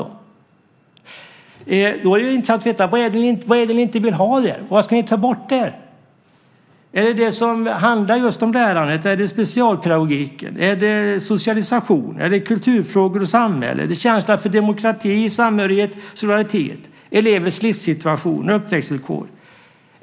Då vore det intressant att få veta vad det är som ni inte vill ha där. Vad ska ni ta bort? Är det det som handlar just om lärandet? Är det specialpedagogiken? Är det de sociala frågorna? Är det kulturfrågorna och samhällsfrågorna? Är det frågor om demokrati, samhörighet och solidaritet? Är det frågor om elevers livssituation och uppväxtvillkor?